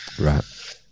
Right